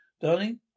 Darling